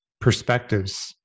perspectives